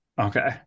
Okay